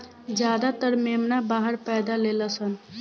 ज्यादातर मेमना बाहर पैदा लेलसन